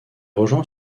rejoint